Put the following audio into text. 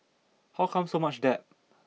how come so much debt